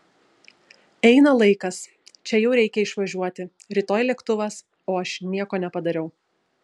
eina laikas čia jau reikia išvažiuoti rytoj lėktuvas o aš nieko nepadariau